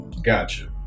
gotcha